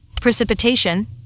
precipitation